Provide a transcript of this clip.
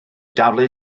daflu